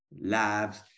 labs